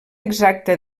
exacta